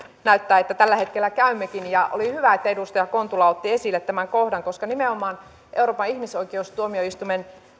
näyttää että tällä hetkellä käymmekin oli hyvä että edustaja kontula otti esille tämän kohdan koska nimenomaan euroopan ihmisoikeustuomioistuimen